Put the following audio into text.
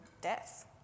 death